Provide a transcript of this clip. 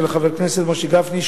חבר הכנסת משה גפני,